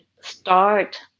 start